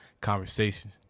conversation